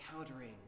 encountering